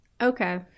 Okay